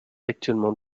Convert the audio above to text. actuellement